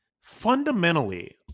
fundamentally